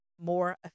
more